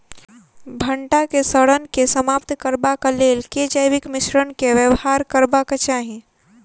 भंटा केँ सड़न केँ समाप्त करबाक लेल केँ जैविक मिश्रण केँ व्यवहार करबाक चाहि?